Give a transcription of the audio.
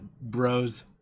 bros